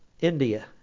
India